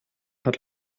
hat